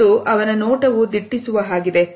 ಮತ್ತು ಅವನ ನೋಟವೂ ದಿಟ್ಟಿಸುವ ಹಾಗಿದೆ